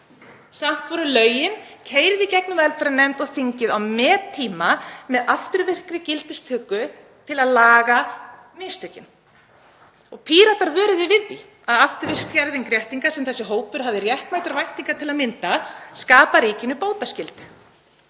Samt voru lögin keyrð í gegnum velferðarnefnd og þingið á mettíma með afturvirkri gildistöku til að laga mistökin. Píratar vöruðu við því að afturvirk skerðing réttinda sem þessi hópur hafði réttmætar væntingar til myndi skapa ríkinu bótaskyldu.